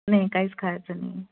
नाही काहीच खायचं नाही आहे